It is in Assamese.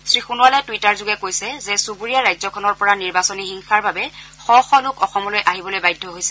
শ্ৰীসোণোৱালে টুইটাৰযোগে কৈছে যে চুবুৰীয়া ৰাজ্যখনৰ পৰা নিৰ্বাচনী হিংসাৰ বাবে শ শ লোক অসমলৈ আহিবলৈ বাধ্য হৈছে